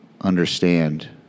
understand